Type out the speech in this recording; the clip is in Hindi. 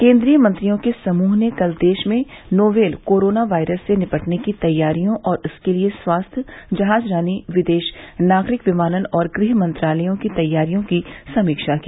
केन्द्रीय मंत्रियों के समूह ने कल देश में नोवेल कोरोना वायरस से निपटने की तैयारियों और इसके लिए स्वास्थ्य जहाज रानी विदेश नागरिक विमानन और गृह मंत्रालयों की तैयारियों की समीक्षा की